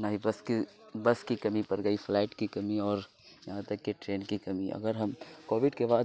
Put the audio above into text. نہ ہی بس کی بس کی کمی پر گئی فلائٹ کی کمی اور یہاں تک کہ ٹرین کی کمی اگر ہم کووڈ کے بعد